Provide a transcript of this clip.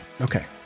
Okay